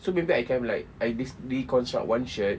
so maybe I can have like I this deconstruct one shirt